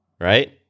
right